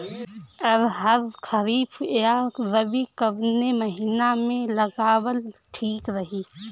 अरहर खरीफ या रबी कवने महीना में लगावल ठीक रही?